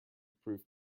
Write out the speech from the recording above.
proof